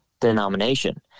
denomination –